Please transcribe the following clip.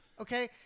Okay